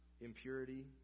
impurity